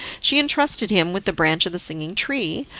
she entrusted him with the branch of the singing tree,